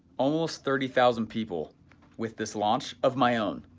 almost thirty thousand people with this launch of my own.